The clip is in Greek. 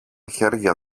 χέρια